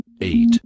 eight